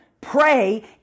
pray